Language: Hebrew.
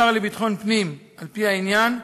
השר לביטחון פנים, על-פי העניין,